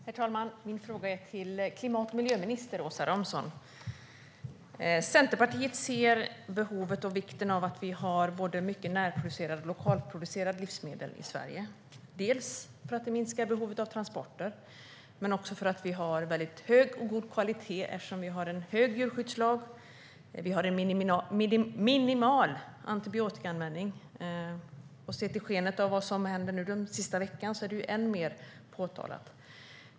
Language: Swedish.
Herr talman! Min fråga är till klimat och miljöminister Åsa Romson. Centerpartiet ser behovet av och vikten av att ha mycket närproducerade och lokalproducerade livsmedel i Sverige. Det minskar bland annat behovet av transporter, och det råder hög och god kvalitet på livsmedlen eftersom det finns en omfattande djurskyddslag och antibiotikaanvändningen är minimal. Sett i skenet av vad som har hänt den senaste veckan är frågan än mer påtaglig.